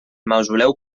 mausoleu